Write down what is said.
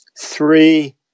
three